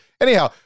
anyhow